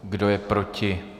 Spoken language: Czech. Kdo je proti?